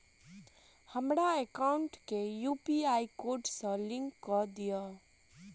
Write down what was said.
हमरा एकाउंट केँ UPI code सअ लिंक कऽ दिऽ?